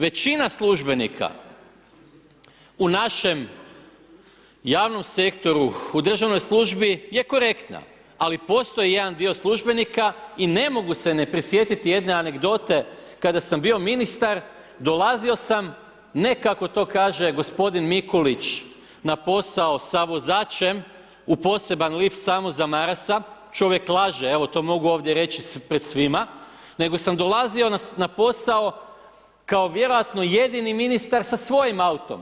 Većina službenika u našem javnom sektoru, u državnoj službi je korektna, ali postoji jedan dio službenika i ne mogu se ne prisjetiti jedne anegdote, kada sam bio ministar, dolazio sam, ne kako to kaže g. Mikulić na posao s vozačem, u poseban lift samo za Marasa, čovjek laže, evo to mogu ovdje reći pred svima, nego sam dolazio na posao, kao vjerojatno jedini ministar, sa svojim autom.